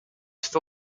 for